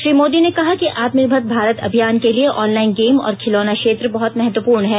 श्री मोदी ने कहा कि आत्मनिर्भर भारत अभियान के लिए ऑनलाइन गेम और खिलौना क्षेत्र बहुत महत्वपूर्ण हैं